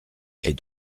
est